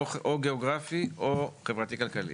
או גיאוגרפי, או חברתי כלכלי.